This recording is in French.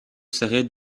serrer